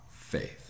faith